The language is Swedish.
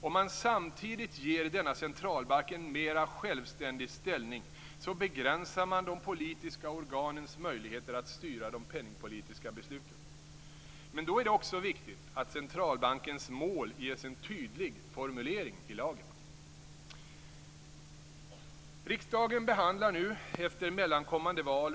Om man samtidigt ger denna centralbank en mera självständig ställning begränsar man de politiska organens möjligheter att styra de penningpolitiska besluten. Men då är det också viktigt att centralbankens mål ges en tydlig formulering i lagen.